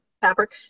fabric